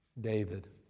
David